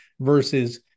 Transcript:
versus